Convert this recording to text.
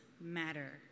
matter